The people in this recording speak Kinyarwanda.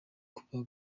kuba